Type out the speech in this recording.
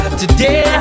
today